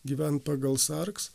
gyvent pagal sarks